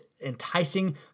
enticing